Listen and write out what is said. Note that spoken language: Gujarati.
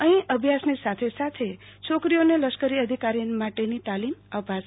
અહી અભ્યાસની સાથે સાથે છોકરીઓને લશ્કરી અધિકાર માટેની તાલીમ અપાશે